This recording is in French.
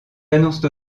annoncent